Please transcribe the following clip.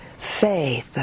faith